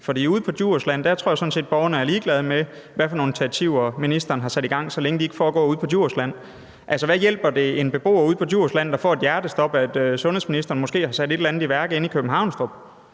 Ude på Djursland tror jeg sådan set, at borgerne er ligeglade med, hvad for nogle initiativer ministeren har sat i gang, så længe de ikke foregår ude på Djursland. Altså, hvad hjælper det en beboer ude på Djursland, der får et hjertestop, at sundhedsministeren måske har sat et eller andet i værk inde i Københavnstrup?